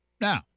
Now